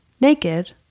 naked